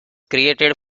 created